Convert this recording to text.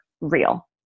real